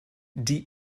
die